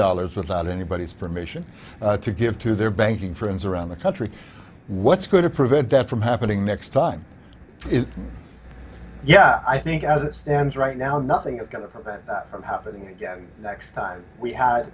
dollars without anybody's permission to give to their banking friends around the country what's going to prevent that from happening next time yeah i think as it stands right now nothing is going to prevent it from happening again next time we had